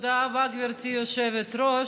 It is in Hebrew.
תודה רבה, גברתי היושבת-ראש.